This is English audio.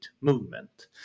movement